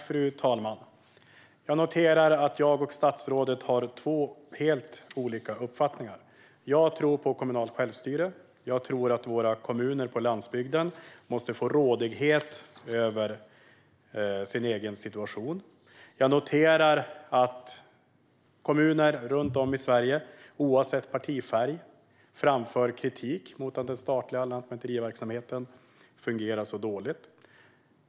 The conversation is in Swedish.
Fru talman! Jag noterar att statsrådet och jag har två helt skilda uppfattningar. Jag tror på kommunalt självstyre och att kommunerna på landsbygden måste få rådighet över den egna situationen. Kommuner runt om i Sverige, oavsett partifärg, framför kritik mot att den statliga lantmäteriverksamheten fungerar dåligt.